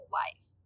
life